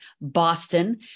Boston